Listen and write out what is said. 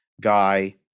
guy